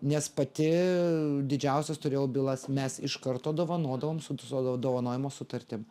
nes pati didžiausias turėjau bylas mes iš karto dovanodavom su dovanojimo sutartim